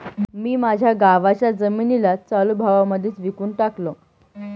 मी माझ्या गावाच्या जमिनीला चालू भावा मध्येच विकून टाकलं